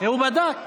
הוא בדק.